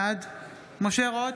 בעד משה רוט,